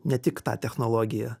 ne tik tą technologiją